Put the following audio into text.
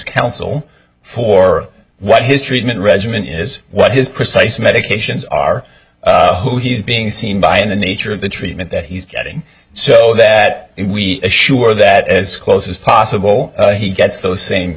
counsel for what his treatment regimen is what his precise medications are who he's being seen by and the nature of the treatment that he's getting so that we assure that as close as possible he gets those same